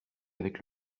avec